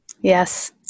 Yes